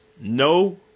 no